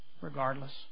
regardless